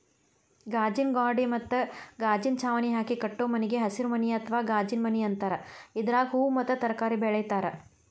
ಗಾಜಿನ ಗ್ವಾಡಿ ಮತ್ತ ಗಾಜಿನ ಚಾವಣಿ ಹಾಕಿ ಕಟ್ಟೋ ಮನಿಗೆ ಹಸಿರುಮನಿ ಅತ್ವಾ ಗಾಜಿನಮನಿ ಅಂತಾರ, ಇದ್ರಾಗ ಹೂವು ಮತ್ತ ತರಕಾರಿ ಬೆಳೇತಾರ